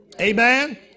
Amen